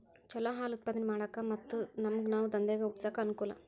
ಚಲೋ ಹಾಲ್ ಉತ್ಪಾದನೆ ಮಾಡಾಕ ಮತ್ತ ನಮ್ಗನಾವ ದಂದೇಗ ಹುಟ್ಸಾಕ ಅನಕೂಲ